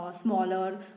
smaller